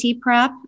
prep